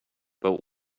but